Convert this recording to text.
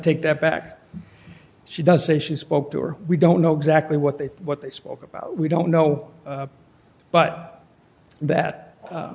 take that back she does say she spoke to her we don't know exactly what they what they spoke about we don't know but that